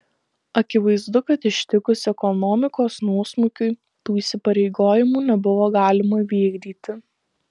akivaizdu kad ištikus ekonomikos nuosmukiui tų įsipareigojimų nebuvo galima vykdyti